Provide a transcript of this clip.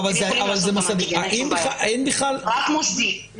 רק מוסדי.